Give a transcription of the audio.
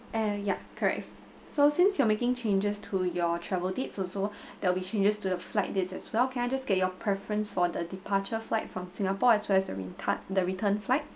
and ya correct so since you are making changes to your travel dates also there will be changes to the flight dates as well can I just get your preference for the departure flight from singapore as well as the retard the return flight